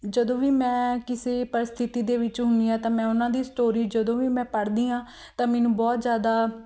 ਜਦੋਂ ਵੀ ਮੈਂ ਕਿਸੇ ਪਰਿਸਥਿਤੀ ਦੇ ਵਿੱਚ ਹੁੰਦੀ ਹਾਂ ਤਾਂ ਮੈਂ ਉਹਨਾਂ ਦੀ ਸਟੋਰੀ ਜਦੋਂ ਵੀ ਮੈਂ ਪੜ੍ਹਦੀ ਹਾਂ ਤਾਂ ਮੈਨੂੰ ਬਹੁਤ ਜ਼ਿਆਦਾ